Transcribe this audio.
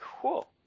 Cool